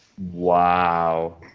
Wow